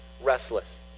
restless